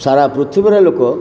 ସାରା ପୃଥିବୀର ଲୋକ